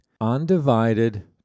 Undivided